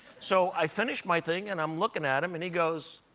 so i finish my thing and i'm looking at him and he goes,